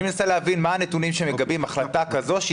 אני מנסה להבין מה הנתונים שמגבים החלטה כזאת,